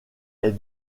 est